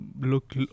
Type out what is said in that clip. look